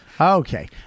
Okay